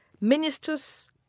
ministers